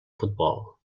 futbol